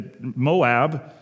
Moab